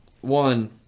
one